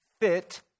fit